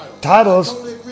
titles